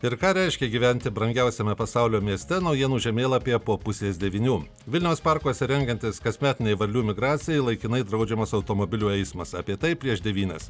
ir ką reiškia gyventi brangiausiame pasaulio mieste naujienų žemėlapyje po pusės devynių vilniaus parkuose rengiantis kasmetinei varlių migracijai laikinai draudžiamas automobilių eismas apie tai prieš devynias